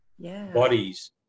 bodies